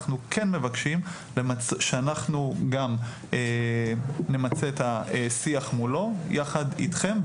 אנחנו כן מבקשים שאנחנו גם נמצה את השיח מולו יחד איתכם,